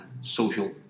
social